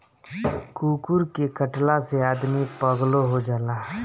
कुकूर के कटला से आदमी पागलो हो जाला